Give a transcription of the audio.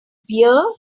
beer